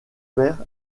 père